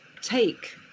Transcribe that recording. take